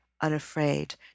unafraid